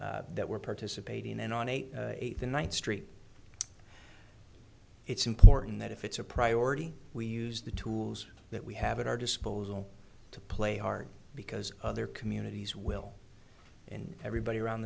that we're participating in on a eighth or ninth street it's important that if it's a priority we use the tools that we have at our disposal to play hard because other communities will and everybody